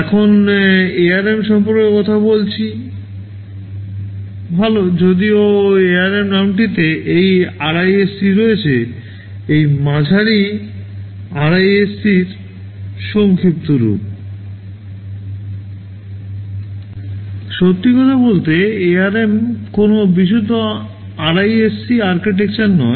এখন ARM সম্পর্কে কথা বলছি ভাল যদিও ARM নামটিতে এই RISC রয়েছে এই মাঝারি RISCর সংক্ষিপ্ত রূপ সত্যি কথা বলতে ARM কোনও বিশুদ্ধ আরআইএসসি আর্কিটেকচার নয়